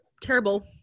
terrible